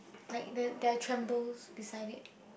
like the there are trembles beside it